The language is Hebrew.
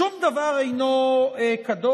שום דבר אינו קדוש.